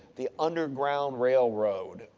the underground railroad,